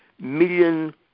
million